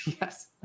Yes